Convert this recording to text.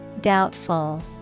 Doubtful